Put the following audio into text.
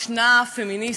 משנה פמיניסטית.